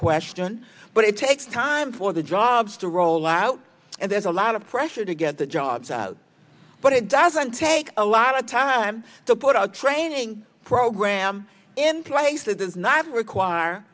question but it takes time for the jobs to roll out and there's a lot of pressure to get the jobs out but it doesn't take a lot of time to put a training program in place that does not require